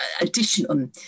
additional